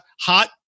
hot